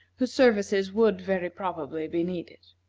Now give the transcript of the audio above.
whose services would, very probably, be needed.